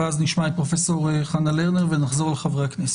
ואז נשמע את פרופ' חנה לרנר ונחזור לחברי הכנסת.